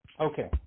Okay